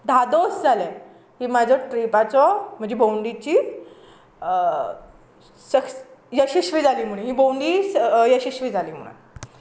धादोस जालें की म्हाजो ट्रिपाचो म्हाजे भोंवणीची सक् यशस्वी जाली म्हणून ही भोंवडी यशस्वी जाली म्हुणोन